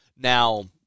Now